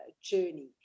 journey